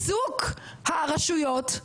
ואם זה נראה לכם חיזוק הרשויות,